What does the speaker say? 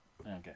Okay